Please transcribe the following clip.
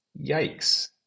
Yikes